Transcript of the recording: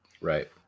right